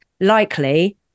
likely